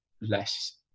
less